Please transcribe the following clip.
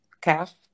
calf